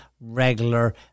regular